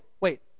wait